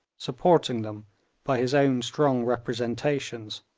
supporting them by his own strong representations,